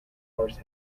horse